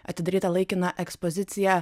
atidarytą laikiną ekspoziciją